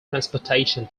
transportation